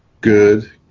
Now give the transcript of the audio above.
good